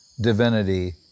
divinity